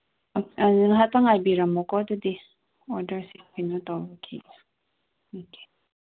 ꯑꯥ ꯉꯥꯏꯍꯥꯛꯇꯪ ꯉꯥꯏꯕꯤꯔꯝꯃꯣꯀꯣ ꯑꯗꯨꯗꯤ ꯑꯣꯔꯗꯔꯁꯤ ꯀꯩꯅꯣ ꯇꯧꯈꯤ